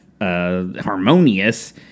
Harmonious